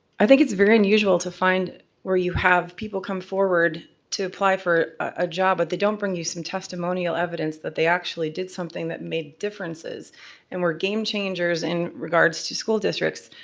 i think it's very unusual to find where you have people come forward to apply for a job but they don't bring you some testimonial evidence that they actually did something that made differences and were game changers in regards to school districts.